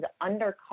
undercut